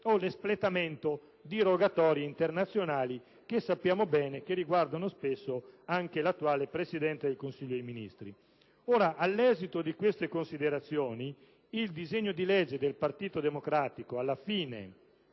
o l'espletamento di rogatorie internazionali che, come noto, riguardano spesso anche l'attuale Presidente del Consiglio dei ministri. All'esito di queste considerazioni, il disegno di legge del Partito Democratico, quanto